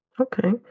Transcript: Okay